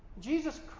Jesus